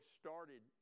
started